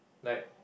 like